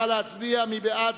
נא להצביע, מי בעד?